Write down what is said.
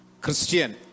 Christian